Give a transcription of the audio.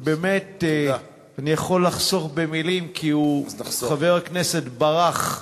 באמת אני יכול לחסוך במילים, כי חבר הכנסת ברח,